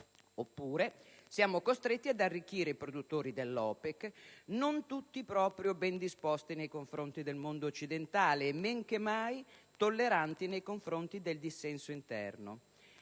Oppure, siamo costretti ad arricchire i produttori dell'OPEC, non tutti proprio ben disposti nei confronti del mondo occidentale e men che mai tolleranti nei confronti del dissenso interno.